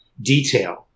detail